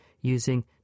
using